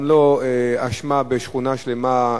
וגם לא אשמה של שכונה שלמה,